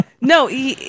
No